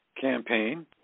campaign